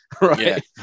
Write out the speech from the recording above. right